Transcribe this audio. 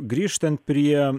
grįžtant prie